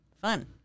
fun